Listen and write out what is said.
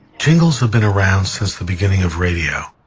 jingles have been around since the beginning of radio.